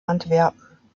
antwerpen